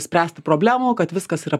spręsti problemų kad viskas yra